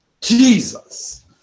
Jesus